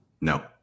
No